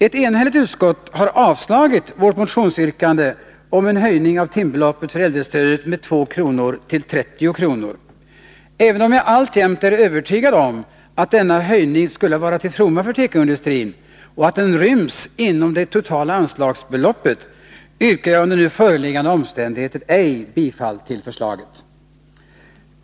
Ett enhälligt utskott har avstyrkt vårt motionsyrkande om en höjning av timbeloppet för äldrestödet med 2 kr. till 30 kr. Även om jag alltjämt är övertygad om att denna höjning skulle vara till fromma för tekoindustrin och att den ryms inom det totala anslagsbeloppet, yrkar jag under nu föreliggande omständigheter ej bifall till förslaget.